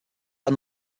are